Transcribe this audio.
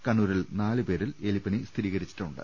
കണ്ണൂരിൽ നാലുപേരിലും എലിപ്പനി സ്ഥിരീ കരിച്ചിട്ടുണ്ട്